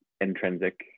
intrinsic